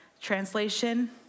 Translation